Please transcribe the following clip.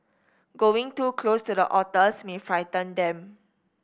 going too close to the otters may frighten them